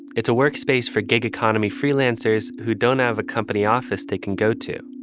it's a workspace for gig economy freelancers who don't have a company office. they can go to.